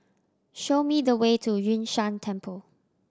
show me the way to Yun Shan Temple